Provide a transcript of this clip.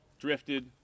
drifted